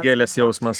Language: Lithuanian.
gėlės jausmas